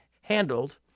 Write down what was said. handled